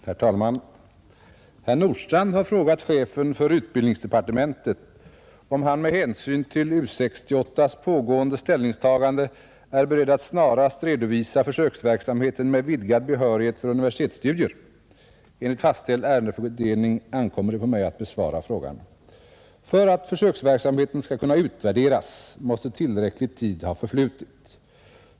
Herr talman! Herr Nordstrandh har frågat chefen för utbildningsdepartementet, om han med hänsyn till U 68:s pågående ställningstagande är beredd att snarast redovisa försöksverksamheten med vidgad behörighet för universitetsstudier. Enligt fastställd ärendesfördelning ankommer det på mig att besvara frågan. För att försöksverksamheten skall kunna utvärderas måste tillräcklig tid har förflutit.